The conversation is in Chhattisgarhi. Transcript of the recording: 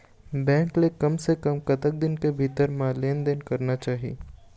बैंक ले कम से कम कतक दिन के भीतर मा लेन देन करना चाही?